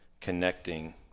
connecting